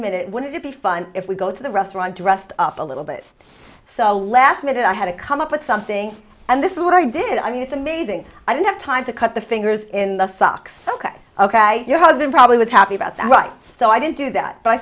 minute would it be fun if we go to the restaurant dressed up a little bit so last minute i had to come up with something and this is what i did i mean it's amazing i don't have time to cut the fingers in the socks ok ok your husband probably was happy about that right so i didn't do that but i